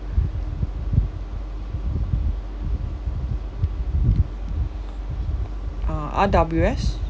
uh R_W_S